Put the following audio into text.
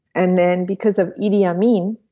and then because of idi amin,